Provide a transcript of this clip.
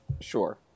sure